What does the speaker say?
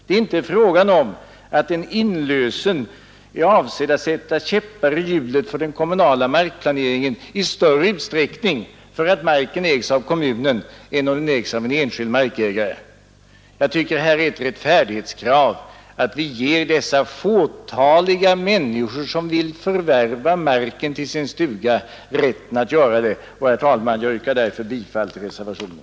Det är inte fråga om att en inlösen är avsedd att sätta käppar i hjulet för den kommunala markplaneringen i större utsträckning om marken ägs av kommunen än om den ägs av en enskild markägare. Jag tycker det är ett rättfärdighetskrav att vi ger dessa få människor, som vill förvärva marken till sin stuga, rätten att göra det. Herr talman! Jag yrkar därför bifall till reservationen.